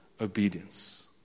obedience